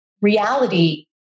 reality